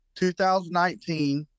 2019